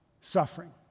suffering